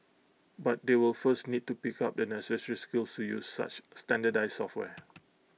but they will first need to pick up the necessary skills to use such standardised software